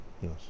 Yes